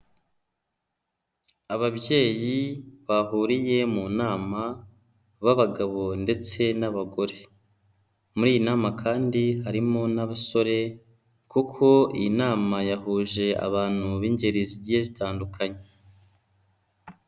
Ababyeyi bahuriye mu nama b'abagabo ndetse n'abagore, muri iyi nama kandi harimo n'abasore kuko iyi nama yahuje abantu b'ingeri zigiye zitandukanye.